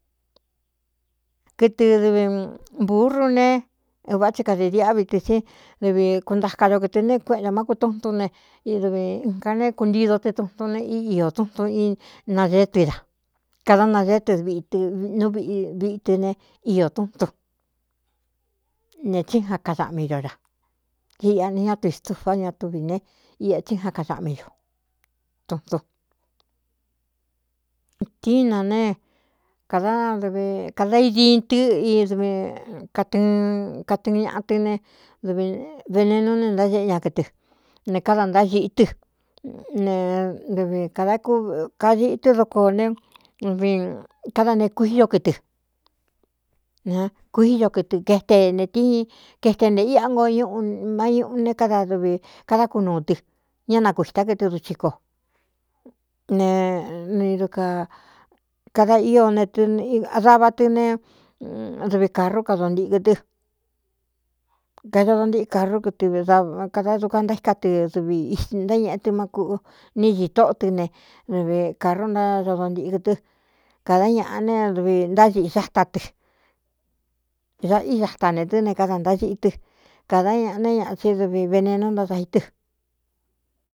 Kɨtɨ dɨvi burrú ne vāꞌá tsi kadēi diꞌvi tɨ si dɨvi kuntaka do kɨtɨ ne kueꞌento má kutúntún ne i dɨvi ka né kuntido tɨ tuntun ne í iō tuntu í naseé tui da kadá nazeé tɨvɨnú viꞌi vitɨ ne iō túntun ne tsí ja kasaꞌmi do ra ɨiꞌa ne ñá tui stufá ña tuvī ne iꞌa tsí ja kasaꞌmi ño tuꞌntuntíin na ne kdadvi kada ídiin tɨ dvi katɨɨn katɨɨn ñaꞌa tɨ́ ne dvi venenu ne ntáéꞌe ña kɨtɨ ne káda ntáxiꞌi tɨ ne dɨvi kādá kkadiꞌi tɨ́ dokoō né dvi káda ne kuí do kɨtɨ ne kuíí ño kɨtɨ kaete netíi kaete nē iꞌa ngo ñꞌu máñuꞌu ne káda dɨvi kadá kunūu tɨ ñá naku ītá kɨtɨ duchi ko ne i dkakada ío neɨdava tɨ ne dɨvi carú kado ntikɨ tɨ kadodo ntiꞌɨ karú kɨɨ kada duka ntaíká tɨ dɨvi iti ntáñeꞌe tɨ má kuꞌ ní ñiꞌ tóꞌo tɨ ne dɨvi cārú ntádodo ntiꞌkɨ tɨ kādá ñaꞌa ne dvi náiꞌi sáta tɨ da í sáta ne tɨ́ ne káda ntáxiꞌi tɨ kāda ñaꞌa né ñaꞌa tsí dɨvi venenú náda i tɨ.